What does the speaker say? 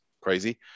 crazy